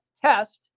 test